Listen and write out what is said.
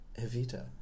Evita